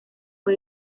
fue